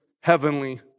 heavenly